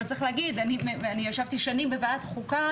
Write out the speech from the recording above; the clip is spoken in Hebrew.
אבל צריך להגיד אני ישבתי שנים בוועדת החוקה